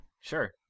Sure